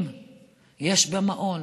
אם יש במעון